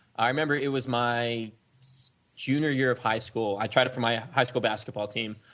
i remember it was my junior year of high school. i tried it from my high school basketball team.